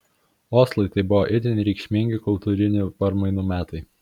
oslui tai buvo itin reikšmingi kultūrinių permainų metai